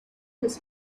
his